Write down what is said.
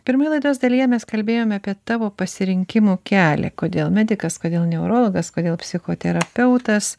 pirmoje laidos dalyje mes kalbėjome apie tavo pasirinkimo kelią kodėl medikas kodėl neurologas kodėl psichoterapeutas